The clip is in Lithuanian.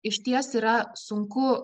išties yra sunku